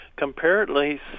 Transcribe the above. Comparatively